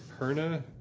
Perna